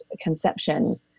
conception